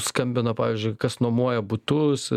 skambina pavyzdžiui kas nuomoja butus